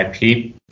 IP